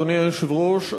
אדוני היושב-ראש,